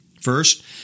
First